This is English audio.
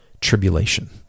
tribulation